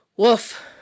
Woof